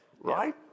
right